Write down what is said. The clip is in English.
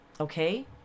Okay